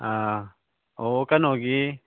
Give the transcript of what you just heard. ꯑꯥ ꯑꯣ ꯀꯩꯅꯣꯒꯤ